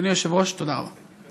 אדוני היושב-ראש, תודה רבה.